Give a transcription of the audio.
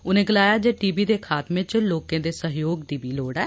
उनें गलाया जे टी बी दे खात्मे च लोकें दे सहयोग दी बी लोड़ ऐ